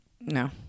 No